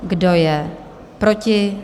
Kdo je proti?